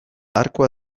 arkua